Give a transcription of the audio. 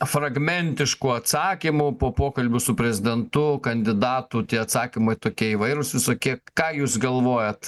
fragmentiškų atsakymų po pokalbių su prezidentu kandidatų tie atsakymai tokie įvairūs visokie ką jūs galvojat